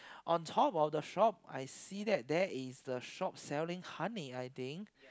on top of the shop I see that there is the shop selling honey I think